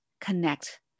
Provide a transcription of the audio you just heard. connect